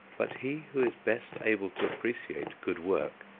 but he who is best able to appreciate good work,